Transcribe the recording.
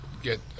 get